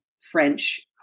French